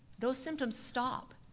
those symptoms stop.